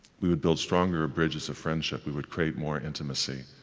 we would build stronger bridges of friendship, we would create more intimacy,